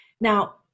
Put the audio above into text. Now